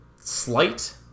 slight